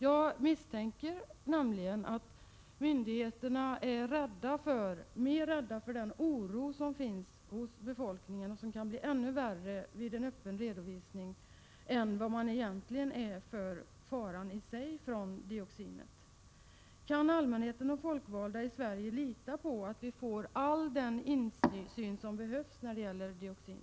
Jag misstänker nämligen att myndigheterna mera är rädda för den oro som finns hos befolkningen, och som kan bli värre vid en öppen redovisning, än för faran i sig. Kan allmänheten och folkvalda i Sverige lita på att de får all den insyn som behövs när det gäller dioxin?